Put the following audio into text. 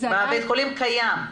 ובית החולים קיים.